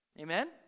Amen